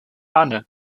anne